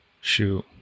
shoot